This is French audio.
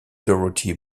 dorothy